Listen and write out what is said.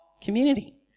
community